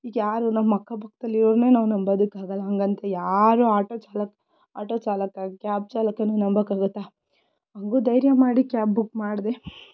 ಈಗ ಯಾರು ನಮ್ಮ ಅಕ್ಕಪಕ್ಕದಲ್ಲಿರೋರನ್ನೇ ನಾವು ನಂಬೋದಕ್ಕಾಗಲ್ಲ ಹಾಗಂತ ಯಾರೂ ಆಟೋ ಚಾಲಕ ಆಟೋ ಚಾಲಕ ಕ್ಯಾಬ್ ಚಾಲಕನೂ ನಂಬಕ್ಕಾಗುತ್ತಾ ಹಾಗೂ ಧೈರ್ಯ ಮಾಡಿ ಕ್ಯಾಬ್ ಬುಕ್ ಮಾಡಿದೆ